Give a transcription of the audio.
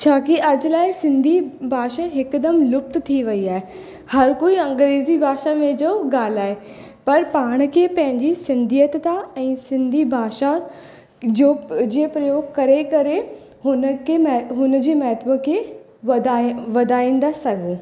छो कि अॼु लाइ सिंधी भाषा हिकदमि लुप्त थी वई आहे हर कोई अंग्रेजी भाषा में जो ॻाल्हाए पर पाण खे पंहिंजी सिंधियता ऐं सिंधी भाषा जो जे प्रयोग करे करे हुन खे हुन जी महत्व खे वधाए वधाए था सघूं